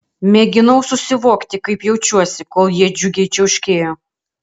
mėginau susivokti kaip jaučiuosi kol jie džiugiai čiauškėjo